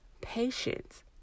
patience